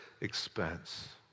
expense